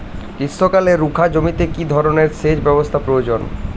গ্রীষ্মকালে রুখা জমিতে কি ধরনের সেচ ব্যবস্থা প্রয়োজন?